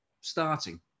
starting